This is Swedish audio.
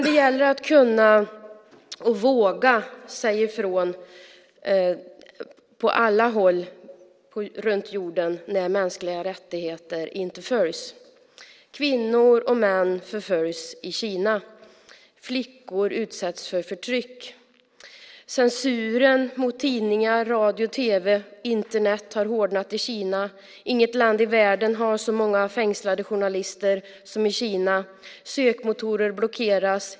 Det gäller att kunna och våga säga ifrån på alla håll runt jorden när mänskliga rättigheter inte följs. Kvinnor och män förföljs i Kina. Flickor utsätts för förtryck. Censuren mot tidningar, radio, tv och Internet har hårdnat i Kina. Inget land i världen har så många fängslade journalister som Kina. Sökmotorer blockeras.